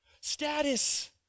status